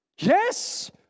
Yes